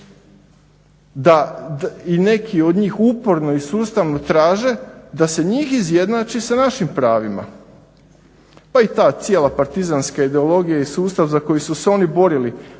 da i neki od njih uporno i sustavno traže da se njih izjednači sa našim pravima. Pa i ta cijela partizanska ideologija i sustav za koji su se oni borili,